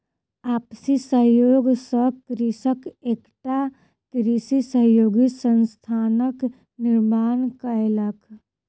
आपसी सहयोग सॅ कृषक एकटा कृषि सहयोगी संस्थानक निर्माण कयलक